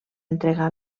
entregar